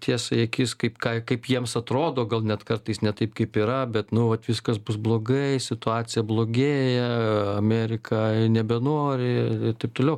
tiesą į akis kaip ką kaip jiems atrodo gal net kartais ne taip kaip yra bet nu vat viskas bus blogai situacija blogėja amerika nebenori ir taip toliau